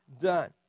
done